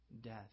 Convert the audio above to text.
Death